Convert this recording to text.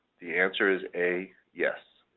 the answer is a. yes.